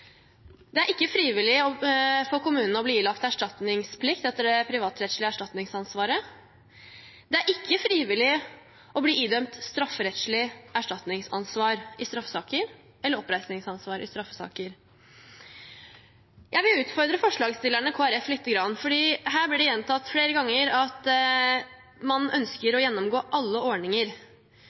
Det er ikke frivillig for kommunene å bli ilagt erstatningsplikt etter det privatrettslige erstatningsansvaret, det er ikke frivillig å bli idømt strafferettslig erstatningsansvar i straffesaker, eller oppreisningsansvar i straffesaker. Jeg vil utfordre forslagsstillerne, Kristelig Folkeparti, for her blir det gjentatt flere ganger at man ønsker å gjennomgå alle